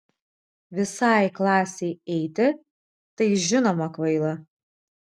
visai klasei eiti tai žinoma kvaila